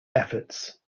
efforts